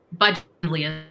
budgetly